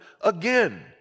again